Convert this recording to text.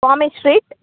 Swamy street